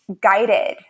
guided